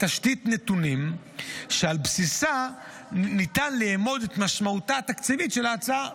תשתית נתונים שעל בסיסה ניתן לאמוד את משמעותה התקציבית של ההצעה.